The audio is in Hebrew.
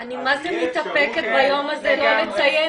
--- אני מה זה מתאפקת ביום הזה לא לציין